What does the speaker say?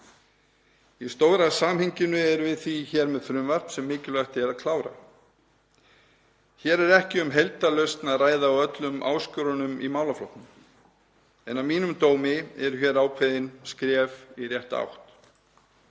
Í stóra samhenginu erum við því hér með frumvarp sem mikilvægt er að klára. Hér er ekki um heildarlausn að ræða á öllum áskorunum í málaflokknum en að mínum dómi eru hér ákveðin skref í rétta átt.